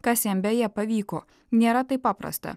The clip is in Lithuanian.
kas jam beje pavyko nėra taip paprasta